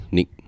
Nick